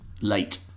late